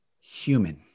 human